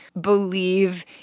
believe